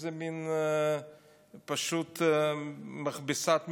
איזה מין, פשוט מכבסת מילים: